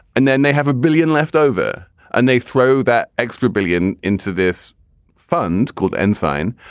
and then they have a billion leftover and they throw that extra billion into this fund called end sign.